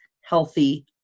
healthy